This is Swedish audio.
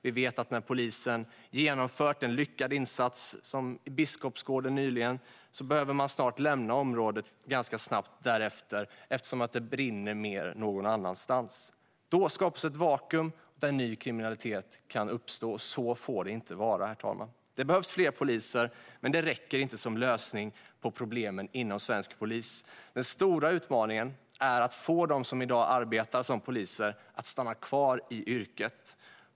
Vi vet att när polisen har genomfört en lyckad insats, till exempel nyligen i Biskopsgården, måste de snart lämna området eftersom det brinner mer någon annanstans. Då skapas ett vakuum där ny kriminalitet kan uppstå. Så får det inte vara, herr talman. Det behövs fler poliser, men det räcker inte som lösning på problemen inom svensk polis. Den stora utmaningen är att få dem som i dag arbetar som poliser att stanna kvar i yrket.